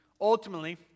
ultimately